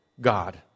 God